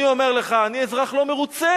ואני אומר לך שאני אזרח לא מרוצה.